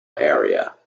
area